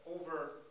over